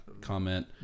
comment